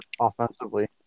offensively